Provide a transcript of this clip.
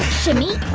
shimmy,